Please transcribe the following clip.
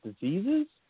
diseases